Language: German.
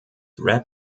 rap